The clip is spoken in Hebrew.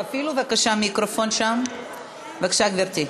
בבקשה, גברתי.